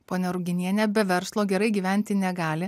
ponia ruginiene be verslo gerai gyventi negali